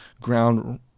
ground